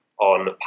on